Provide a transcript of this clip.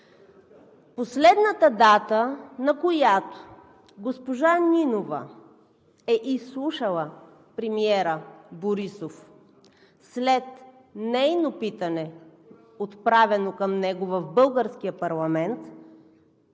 Последната дата, на която госпожа Нинова е изслушала премиера Борисов след нейно питане, отправено към него в българския парламент,